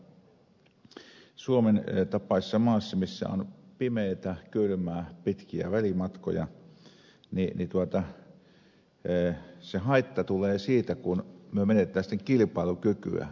minä näen sillä tavalla jotta suomen tapaisessa maassa missä on pimeää kylmää pitkiä välimatkoja se haitta tulee siitä kun menetämme sitten kilpailukykyä